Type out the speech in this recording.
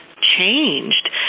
changed